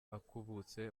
akubutse